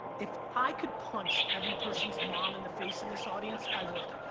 if i could punch every person's mom in the face in this audience, i would.